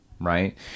Right